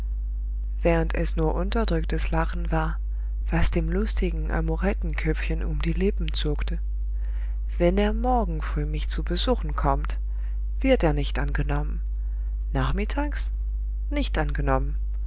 während es nur unterdrücktes lachen war was dem lustigen amorettenköpfchen um die lippen zuckte wenn er morgen früh mich zu besuchen kommt wird er nicht angenommen nachmittags nicht angenommen